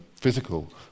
physical